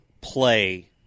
play